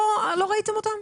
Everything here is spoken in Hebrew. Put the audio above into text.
לא ראיתם אותם?